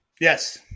Yes